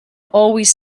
always